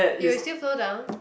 it will still flow down